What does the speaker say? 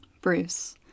Bruce